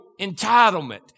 entitlement